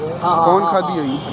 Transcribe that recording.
कौन खाद दियई?